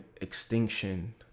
extinction